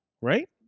Right